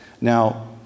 Now